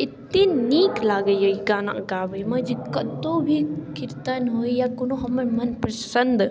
एतेक नीक लागैए ई गाना गाबैमे जे कतहुँ भी किर्तन होइ या कोनो हमर मन पसन्द